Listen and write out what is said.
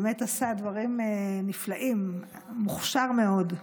באמת עשה דברים נפלאים, מוכשר מאוד,